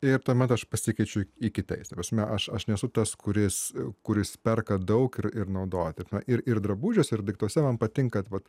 ir tuomet aš pasikeičiu jį kitais ta prasme aš aš nesu tas kuris kuris perka daug ir ir naudoja ta prasme ir ir drabužiuose ir daiktuose man patinka vat